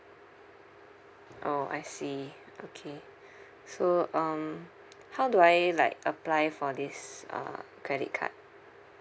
orh I see okay so um how do I like apply for this uh credit card